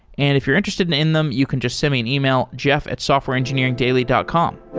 and if you're interested in in them, you can just send me an email, jeff at softwareengineeringdaily dot com.